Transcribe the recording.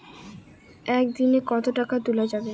একদিন এ কতো টাকা তুলা যাবে?